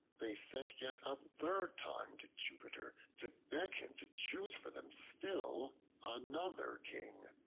they sent yet a third time to jupiter to beg him to choose for them still another king.